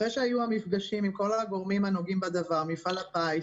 אחרי שהיו המפגשים עם כל הגורמים הנוגעים בדבר מפעל הפיס,